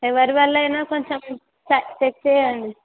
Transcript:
ఎవరి వల్ల అయినా కొంచెం చెక్ చేయండి